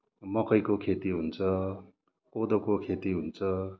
मकैको खेती हुन्छ कोदोको खेती हुन्छ